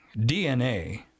dna